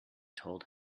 told